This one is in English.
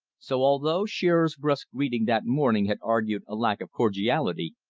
so, although shearer's brusque greeting that morning had argued a lack of cordiality,